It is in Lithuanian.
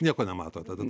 nieko nemato tada